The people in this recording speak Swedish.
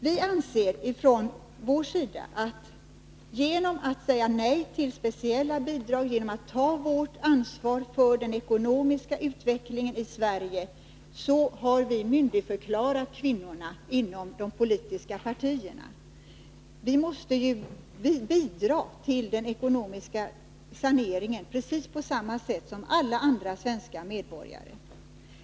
Från vår sida anser vi att genom att säga nej till ett speciellt bidrag, genom att ta vårt ansvar för den ekonomiska utvecklingen i Sverige, har vi myndigförklarat kvinnorna inom de politiska partierna. Vi måste bidra till den ekonomiska saneringen, precis på samma sätt som alla andra svenska medborgare.